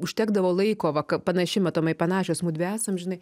užtekdavo laiko va ka panaši matomai panašios mudvi esam žinai